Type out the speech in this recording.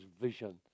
vision